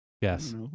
Yes